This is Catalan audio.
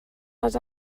les